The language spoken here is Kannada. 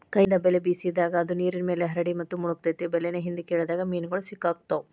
ಕೈಯಿಂದ ಬಲೆ ಬೇಸಿದಾಗ, ಅದು ನೇರಿನ್ಮ್ಯಾಲೆ ಹರಡಿ ಮತ್ತು ಮುಳಗತೆತಿ ಬಲೇನ ಹಿಂದ್ಕ ಎಳದಾಗ ಮೇನುಗಳು ಸಿಕ್ಕಾಕೊತಾವ